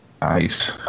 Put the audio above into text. Nice